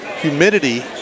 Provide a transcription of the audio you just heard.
humidity